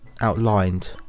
outlined